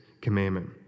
commandment